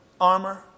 armor